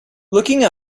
looking